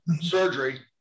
surgery